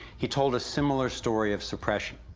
he told us similar story of suppression.